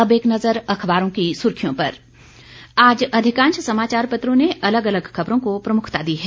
और अब एक नजर अखबारों की सुर्खियों पर आज अधिकांश समाचार पत्रों ने अलग अलग खबरों को प्रमुखता दी है